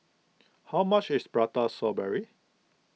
how much is Prata Strawberry